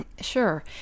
Sure